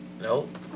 Nope